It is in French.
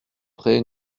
près